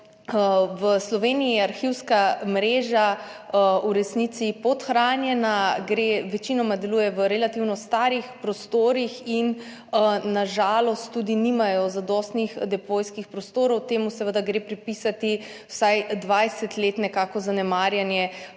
V Sloveniji je arhivska mreža v resnici podhranjena, večinoma deluje v relativno starih prostorih in na žalost tudi nimajo zadostnih depojskih prostorov. To gre nekako pripisati vsaj 20-letnemu zanemarjanju